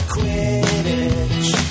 Quidditch